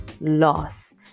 loss